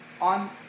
On